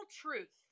truth